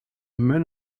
man